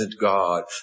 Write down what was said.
God